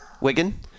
Wigan